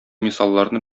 мисалларны